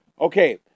Okay